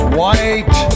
white